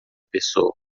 pessoa